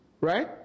Right